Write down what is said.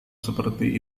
seperti